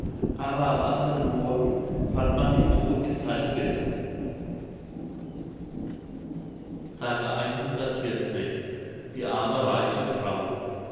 aber am anderen morgen fand man ihn todt in seinem bette die arme reiche frau